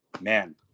man